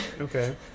Okay